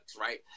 right